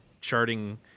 charting